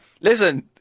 listen